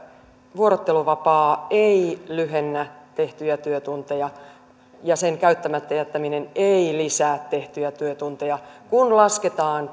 vuorotteluvapaa ei lyhennä tehtyjä työtunteja ja sen käyttämättä jättäminen ei lisää tehtyjä työtunteja kun lasketaan